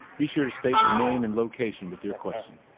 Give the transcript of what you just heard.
be sure to state your name and location with your question.